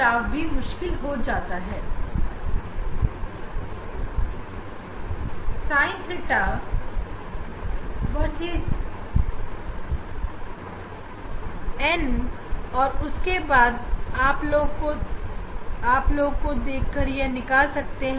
हालांकि यह एक मुश्किल कार्य है लेकिन इस तरीके से भी हम वेवलेंथ को निकाल सकते हैं